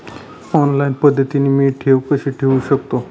Online पद्धतीने मी ठेव कशी ठेवू शकतो?